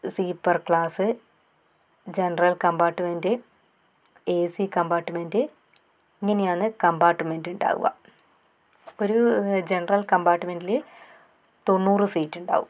sleeper class general compartment A C compartment ഇങ്ങനെയാന്ന് compartment ഉണ്ടാവുക ഒരു ജനറൽ കമ്പാർട്ട്മെൻ്റിൽ തൊണ്ണൂറ് സീറ്റ് ഉണ്ടാകും